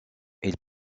ils